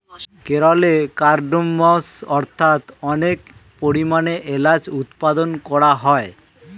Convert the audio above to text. কেরলে কার্ডমমস্ অর্থাৎ অনেক পরিমাণে এলাচ উৎপাদন করা হয়